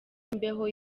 imbeho